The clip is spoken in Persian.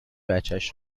بچش